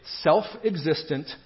self-existent